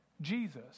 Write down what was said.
Jesus